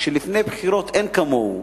לפני בחירות אין כמוהו.